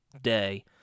day